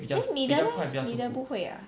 then 你的 leh 你的不会 ah